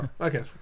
Okay